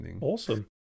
Awesome